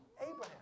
Abraham